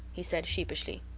he said, sheepishly.